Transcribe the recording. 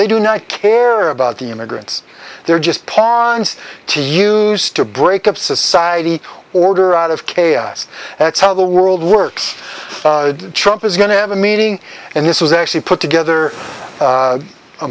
they do not care about the immigrants they're just pawns to use to break up society order out of chaos that's how the world works trump is going to have a meeting and this was actually put together a